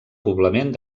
poblament